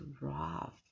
rough